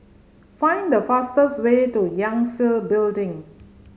find the fastest way to Yangtze Building